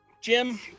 Jim